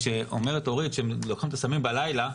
כשאומרת אורית שהם לוקחים את הסמים בלילה,